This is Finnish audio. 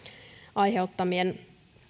aiheuttamia